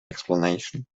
explanation